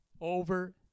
over